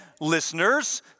listeners